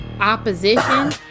opposition